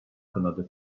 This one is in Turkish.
kınadı